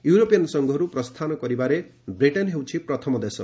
European ସଂଘରୁ ପ୍ରସ୍ଥାନ କରିବାରେ ବ୍ରିଟେନ୍ ହେଉଛି ପ୍ରଥମ ଦେଶ